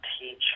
teach